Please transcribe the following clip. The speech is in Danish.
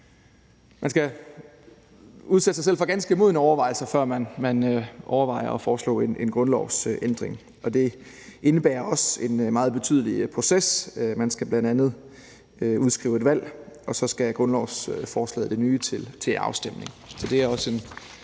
man skal gøre sig ganske modne overvejelser, før man overvejer at foreslå en grundlovsændring, for det indebærer også en meget betydelig proces. Man skal bl.a. udskrive et valg, og så skal grundlovsforslaget sættes til afstemning.